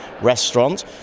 restaurant